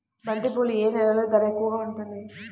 బంతిపూలు ఏ నెలలో ధర ఎక్కువగా ఉంటుంది?